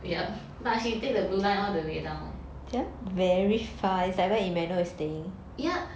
yepp but she take the blue line all the way down yep